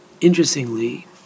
interestingly